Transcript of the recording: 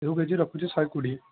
ସେଉ କେଜି ରଖିଛି ଶହେ କୋଡ଼ିଏ